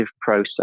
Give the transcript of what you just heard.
process